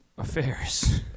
affairs